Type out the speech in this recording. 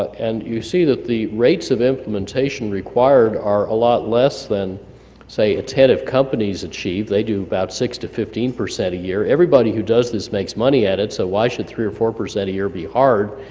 and you see that the rates of implementation required are a lot less than say attentive companies achieve. they do about six to fifteen percent a year. everybody who does this makes money at it so why should three or four percent a year be hard,